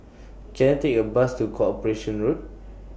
Can I Take A Bus to Corporation Road